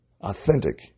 authentic